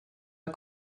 are